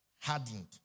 Hardened